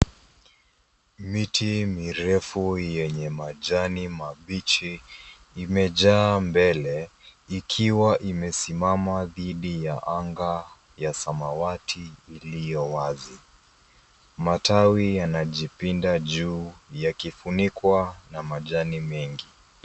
Miti mirefu yenye majani mabichi, imejaa mbele, ikiwa imesimama dhidi ya anga ya samawati, ilio wazi, matawi yanajipinda juu yakifunikwa na majani mengi.